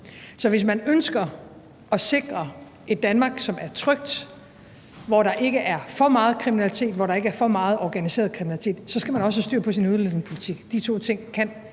Så hvis man ønsker at sikre et Danmark, som er trygt, hvor der ikke er for meget kriminalitet, hvor der ikke er for meget organiseret kriminalitet, så skal man også have styr på sin udlændingepolitik. De to ting kan